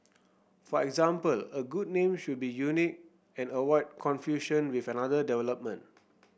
for example a good name should be unique and avoid confusion with another development